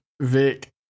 Vic